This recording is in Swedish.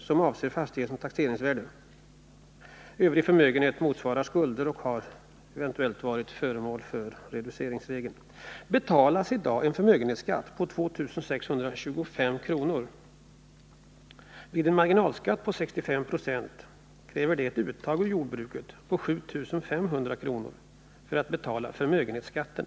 som avser fastighetens taxeringsvärde — övrig förmögenhet motsvarar skulder och har eventuellt varit föremål för reduceringsregeln — betalas i dag en förmögenhetsskatt på 2 625 kr. Vid en marginalskatt på 65 90 krävs det ett ”uttag” ur jordbruket på 7500 kr. för att betala förmögenhetsskatten.